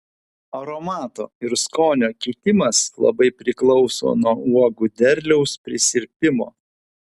aromato ir skonio kitimas labai priklauso nuo uogų derliaus prisirpimo